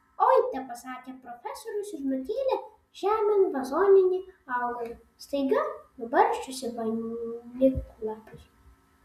oi tepasakė profesorius ir nukėlė žemėn vazoninį augalą staiga nubarsčiusį vainiklapius